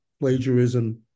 plagiarism